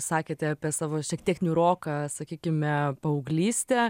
sakėte apie savo šiek tiek niūroką sakykime paauglystę